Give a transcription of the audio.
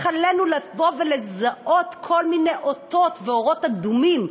איך עלינו לבוא ולזהות כל מיני אותות ואורות אדומים.